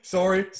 Sorry